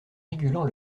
régulant